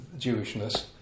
Jewishness